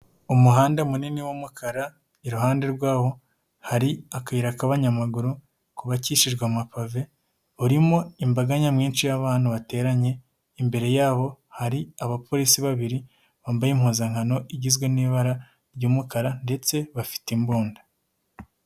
Umuhanda munini w'umukara iruhande rwawo hari akayira k'abanyamaguru kubakikijwe amapave, urimo imbaga nyamwinshi y'abantu bateranye, imbere yabo hari abapolisi babiri bambaye impuzankano igizwe n'ibara ry'umukara ndetse bafite imbunda.